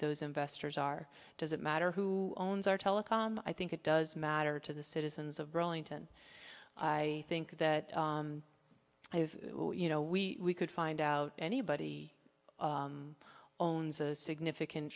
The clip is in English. those investors are does it matter who owns or telecom i think it does matter to the citizens of burlington i think that if you know we could find out anybody owns a significant